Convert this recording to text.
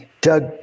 Doug